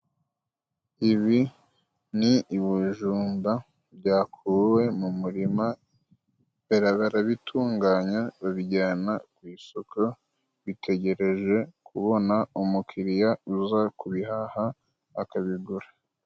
Ibi ni i ibijumba byakuwe mu murima, barabitunganya, babijyana ku isoko, bitegereje kubona umukiriya uza kubihaha akabigura.